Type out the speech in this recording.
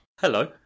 Hello